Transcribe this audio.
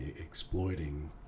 exploiting